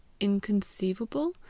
inconceivable